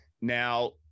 Now